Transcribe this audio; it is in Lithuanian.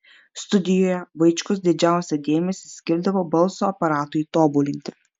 studijoje vaičkus didžiausią dėmesį skirdavo balso aparatui tobulinti